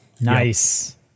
Nice